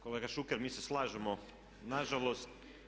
Kolega Šuker, mi se slažemo na žalost.